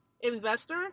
investor